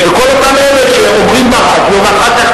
וכל אותם אלה שאומרים ברדיו ואחר כך